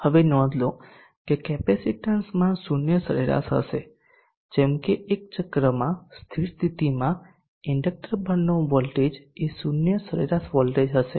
હવે નોંધ લો કે કેપેસિટન્સ માં 0 સરેરાશ હશે જેમ કે એક ચક્રમાં સ્થિર સ્થિતિમાં ઇન્ડકટર પરનો વોલ્ટેજ એ 0 સરેરાશ વોલ્ટેજ હશે